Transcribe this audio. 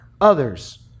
others